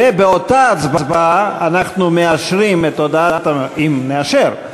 ובאותה הצבעה אנחנו מאשרים, אם נאשר,